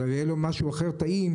אבל יהיה לו משהו אחר טעים,